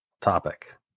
topic